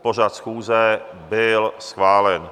Pořad schůze byl schválen.